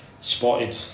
spotted